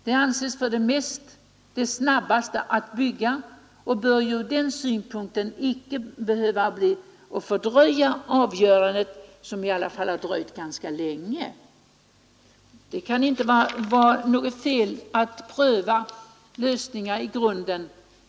Det anses vara det snabbaste huset att bygga och behöver från den synpunkten inte fördröja det avgörande som ändå dröjt ganska länge. Det kan inte vara fel att pröva lösningar i grunden.